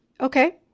okay